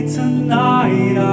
tonight